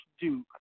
Duke